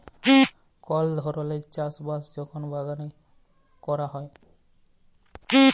call ধরলের চাষ বাস যখল বাগালে ক্যরা হ্যয়